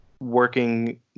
working